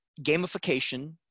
gamification